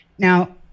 Now